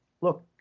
look